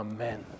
Amen